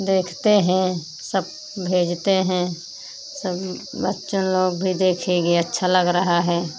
देखते हैं सब भेजते हैं सब बच्चन लोग भी देखेंगे अच्छा लग रहा है